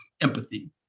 empathy